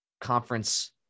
conference